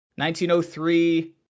1903